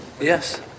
Yes